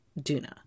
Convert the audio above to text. Duna